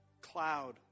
cloud